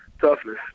Toughness